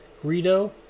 Greedo